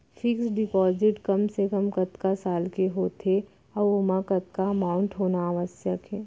Fix deposit कम से कम कतका साल के होथे ऊ ओमा कतका अमाउंट होना आवश्यक हे?